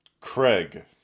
Craig